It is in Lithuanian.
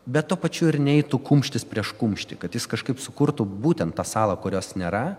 bet tuo pačiu ir neitų kumštis prieš kumštį kad jis kažkaip sukurtų būtent tą salą kurios nėra